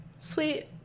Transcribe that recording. sweet